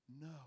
No